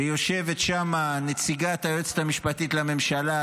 שיושבת שם נציגת היועצת המשפטית לממשלה,